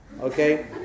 Okay